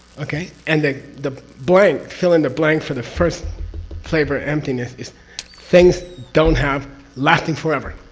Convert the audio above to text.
okay? and the the blank, fill in the blank for the first flavor emptiness is things don't have lasting forever.